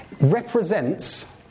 represents